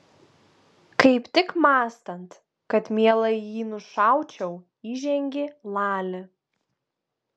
kaip tik mąstant kad mielai jį nušaučiau įžengė lali